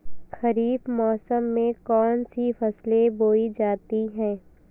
खरीफ मौसम में कौन कौन सी फसलें बोई जाती हैं?